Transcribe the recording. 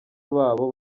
babo